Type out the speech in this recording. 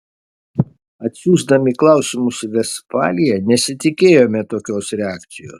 atsiųsdami klausimus į vestfaliją nesitikėjome tokios reakcijos